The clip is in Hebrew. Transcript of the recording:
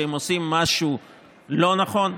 כשהם עושים משהו לא נכון.